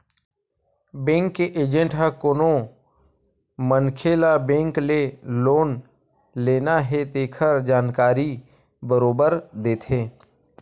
bank के agent ह कोनो मनखे ल बेंक ले लोन लेना हे तेखर जानकारी बरोबर देथे